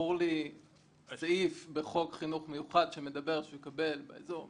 זכור לי הסעיף בחוק חינוך מיוחד שמדבר על כך שהוא יקבל באזור מגורים.